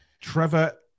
Trevor